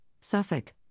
Suffolk